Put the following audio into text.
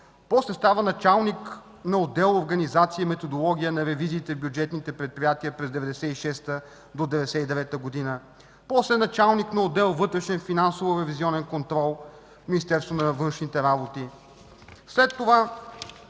после става началник на отдел „Организация и методология на финансовите ревизии в бюджетните предприятия” от 1996 до 1999 г., после началник на отдел „Вътрешен и финансов ревизионен контрол” в Министерството на външните работи.